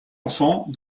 enfants